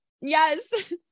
yes